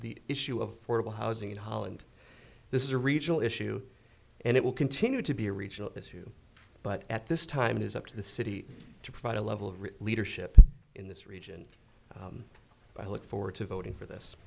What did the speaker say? the issue of horrible housing in holland this is a regional issue and it will continue to be a regional issue but at this time it is up to the city to provide a level of leadership in this region i look forward to voting for this